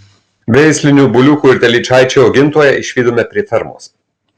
veislinių buliukų ir telyčaičių augintoją išvydome prie fermos